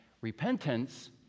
Repentance